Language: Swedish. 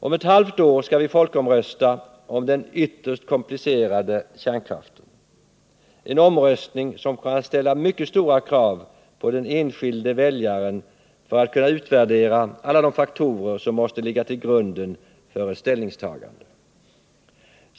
Om ett halvt år skall vi folkomrösta om den ytterst komplicerade kärnkraften, en omröstning som kommer att ställa mycket stora krav på den enskilde väljaren att kunna utvärdera alla de faktorer som måste ligga till grund för ett ställningstagande.